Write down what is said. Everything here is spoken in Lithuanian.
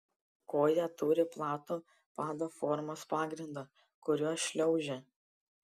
koja turi platų pado formos pagrindą kuriuo šliaužia